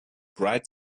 bright